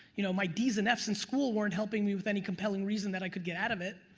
you know my d's and f's in school weren't helping me with any compelling reason that i could get out of it.